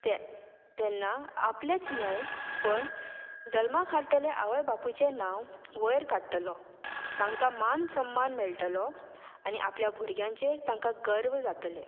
ते तेन्ना आपलेंच न्हय पण जल्मा हाडटले आवय बापूचें नांव वयर काडटलो तांकां मान सम्मान मेळटलो आनी आपल्या भुरग्यांचेर तांकां गर्व जातलें